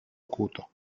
acuto